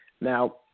Now